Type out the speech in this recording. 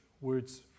Words